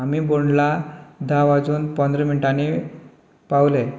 आमी बोंडला धा वाजून पंदरा मिण्टांनी पावलें